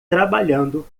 trabalhando